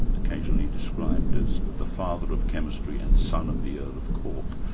occasionally described as the father of chemistry and son of the earl of cork,